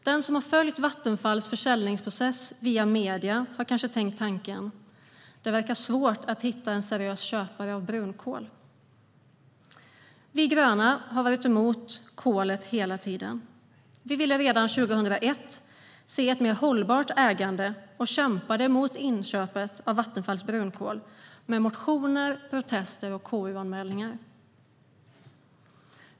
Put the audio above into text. Den som har följt Vattenfalls försäljningsprocess i medierna har kanske tänkt tanken att det verkar svårt att hitta en seriös köpare av brunkol. Vi gröna har varit emot kolet hela tiden. Vi ville redan år 2001 se ett mer hållbart ägande och kämpade mot inköpet av Vattenfalls brunkol med motioner, protester och KU-anmälningar.